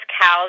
cows